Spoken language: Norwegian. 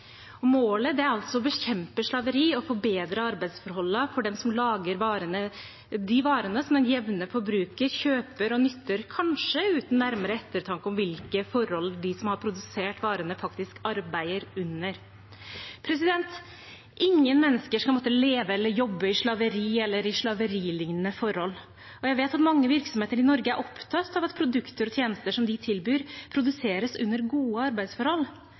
jevne forbruker kjøper og nytter, kanskje uten nærmere ettertanke om hvilke forhold de som har produsert varene, faktisk arbeider under. Ingen mennesker skal måtte leve eller jobbe i slaveri eller i slaveriliknende forhold. Jeg vet at mange virksomheter i Norge er opptatt av at produkter og tjenester som de tilbyr, produseres under gode arbeidsforhold.